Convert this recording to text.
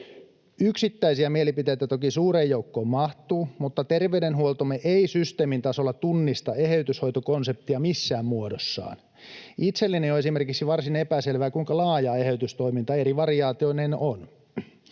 Yksittäisiä mielipiteitä toki suureen joukkoon mahtuu, mutta terveydenhuoltomme ei systeemin tasolla tunnista eheytyshoitokonseptia missään muodossa. Itselleni on esimerkiksi varsin epäselvää, kuinka laajaa eheytystoiminta eri variaatioineen on.